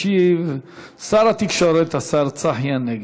ישיב שר התקשורת, השר צחי הנגבי.